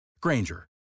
Granger